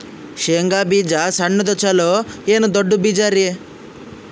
ಶೇಂಗಾ ಬೀಜ ಸಣ್ಣದು ಚಲೋ ಏನ್ ದೊಡ್ಡ ಬೀಜರಿ?